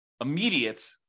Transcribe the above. immediate